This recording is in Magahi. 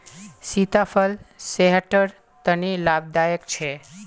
सीताफल सेहटर तने लाभदायक छे